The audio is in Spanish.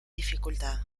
dificultad